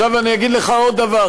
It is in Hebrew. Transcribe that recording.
אני אגיד לך עוד דבר,